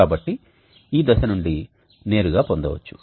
కాబట్టి ఈ దశ నుండి నేరుగా పొందవచ్చు